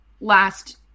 last